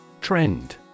Trend